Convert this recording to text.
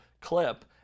clip